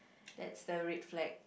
that's the red flag